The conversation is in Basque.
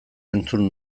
entzun